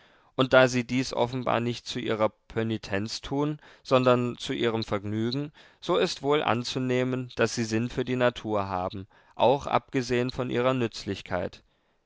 und da sie dies offenbar nicht zu ihrer pönitenz tun sondern zu ihrem vergnügen so ist wohl anzunehmen daß sie sinn für die natur haben auch abgesehen von ihrer nützlichkeit